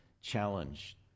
challenge